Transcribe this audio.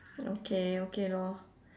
okay okay lor